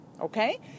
Okay